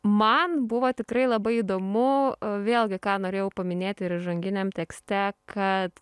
man buvo tikrai labai įdomu vėlgi ką norėjau paminėti ir įžanginiam tekste kad